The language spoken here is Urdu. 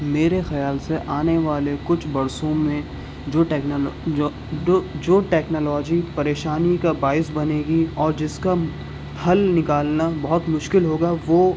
میرے خیال سے آنے والے کچھ برسوں میں جو ٹیکنالا جو جو ٹیکنالاجی پریشانی کا باعث بنے گی اور جس کا حل نکالنا بہت مشکل ہوگا وہ